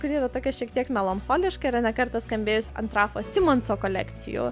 kuri yra tokia šiek tiek melancholiška yra ne kartą skambėjusi ant rafo simonso kolekcijų